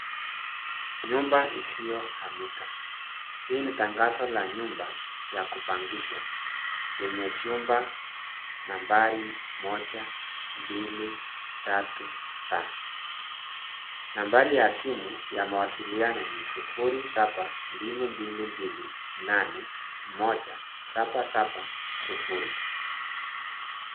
Nyumba isio hamika. Hii ni tangazo la nyumba ya kupangisha, yenye vyumba nambari 1,2,3 B.Nambari ya simu ya mawasiliano ni 0722281770.